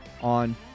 on